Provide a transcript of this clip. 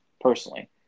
personally